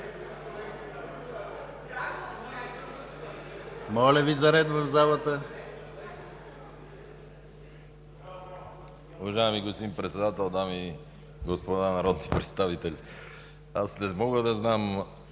Моля Ви за ред в залата,